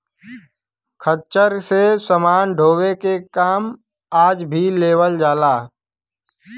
खच्चर से समान ढोवे के काम आज भी लेवल जाला